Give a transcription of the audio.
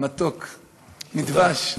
המתוק מדבש,